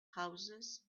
houses